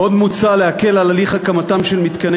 עוד מוצע להקל את הליך הקמתם של מתקני